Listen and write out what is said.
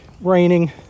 raining